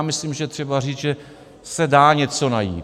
Myslím, že je třeba říct, že se dá něco najít.